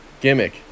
gimmick